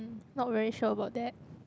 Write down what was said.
not very sure about that